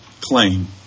claim